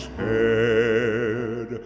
head